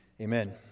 Amen